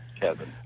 Kevin